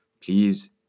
please